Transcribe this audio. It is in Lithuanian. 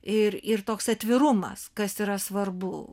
ir ir toks atvirumas kas yra svarbu